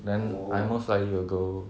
then I most likely will go